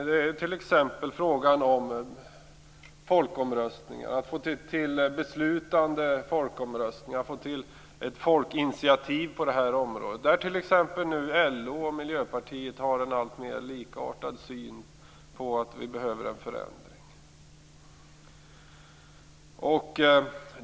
Det gäller t.ex. frågan om folkomröstningar, att få till stånd beslutande folkomröstningar och ett folkinitiativ. LO och Miljöpartiet har nu en alltmer likartad syn på behovet av en förändring.